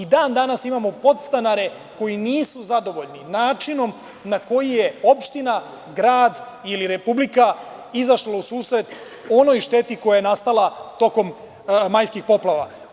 Dan danas imamo podstanare koji nisu zadovoljni načinom na koji je opština, grad ili Republika izašla u susret onoj šteti koja je nastala tokom majskih poplava.